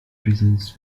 prisons